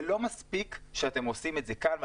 זה לא מספיק שאתם עושים את זה כאן ואומרים: